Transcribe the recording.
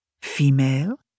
Female